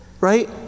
Right